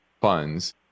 funds